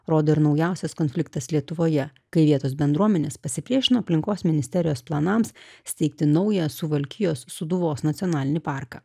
rodo ir naujausias konfliktas lietuvoje kai vietos bendruomenės pasipriešino aplinkos ministerijos planams steigti naują suvalkijos sūduvos nacionalinį parką